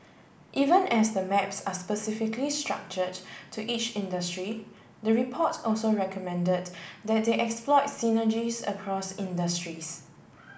even as the maps are specifically structured to each industry the report also recommended that they exploit synergies across industries